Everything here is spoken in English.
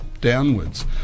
downwards